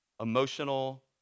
emotional